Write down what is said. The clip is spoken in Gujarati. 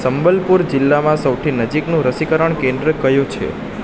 સંબલપુર જિલ્લામાં સૌથી નજીકનું રસીકરણ કેન્દ્ર કયું છે